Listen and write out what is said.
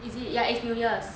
is it ya it's new years